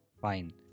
fine